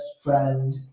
friend